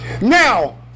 Now